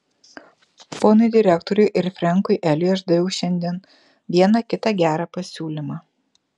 ponui direktoriui ir frenkui eliui aš daviau šiandien vieną kitą gerą pasiūlymą